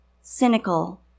cynical